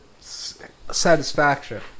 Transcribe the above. Satisfaction